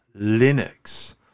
Linux